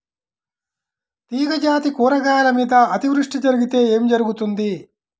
తీగజాతి కూరగాయల మీద అతివృష్టి జరిగితే ఏమి జరుగుతుంది?